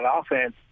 offense